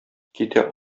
китә